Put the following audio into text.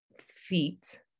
feet